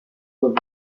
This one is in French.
cause